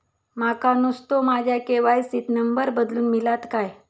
माका नुस्तो माझ्या के.वाय.सी त नंबर बदलून मिलात काय?